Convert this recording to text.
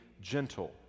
gentle